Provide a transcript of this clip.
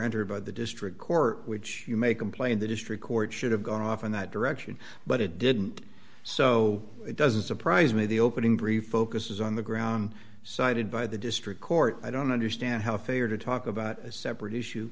entered by the district court which you may complain the district court should have gone off in that direction but it didn't so it doesn't surprise me the opening brief focuses on the ground cited by the district court i don't understand how the failure to talk about a separate issue